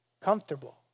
comfortable